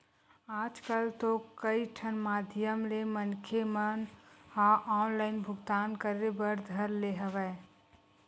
आजकल तो कई ठन माधियम ले मनखे मन ह ऑनलाइन भुगतान करे बर धर ले हवय